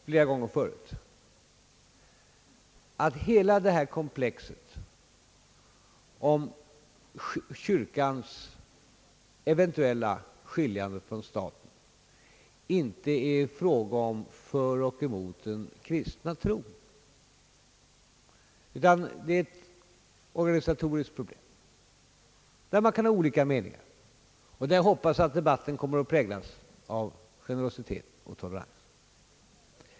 Flera gånger tidigare har jag sagt att hela komplexet om kyrkans eventuella skiljande från staten inte är en fråga om för och emot den kristna tron. Det är ett organisatoriskt problem där man kan ha olika meningar. Jag hoppas att debatten härom kommer att präglas av generositet och tolerans.